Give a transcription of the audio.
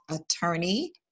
attorney